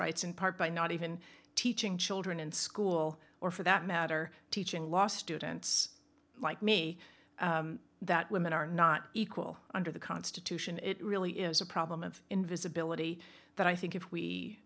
rights in part by not even teaching children in school or for that matter teaching lost students like me that women are not equal under the constitution it really is a problem of invisibility that i think if we